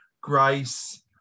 grace